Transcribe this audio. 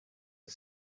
are